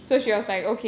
what